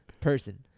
person